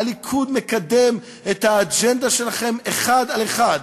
הליכוד מקדם את האג'נדה שלכם אחד על אחד,